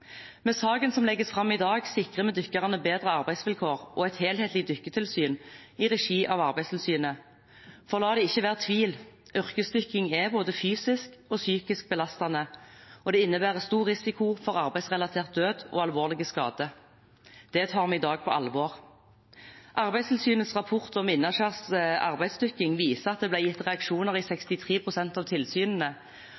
Med saken som legges fram i dag, sikrer vi dykkerne bedre arbeidsvilkår og et helhetlig dykketilsyn i regi av Arbeidstilsynet. For la det ikke være tvil – yrkesdykking er både fysisk og psykisk belastende og innebærer stor risiko for arbeidsrelatert død og alvorlige skader. Det tar vi i dag på alvor. Arbeidstilsynets rapport «Innaskjærs arbeidsdykking» viser at det ble gitt reaksjoner i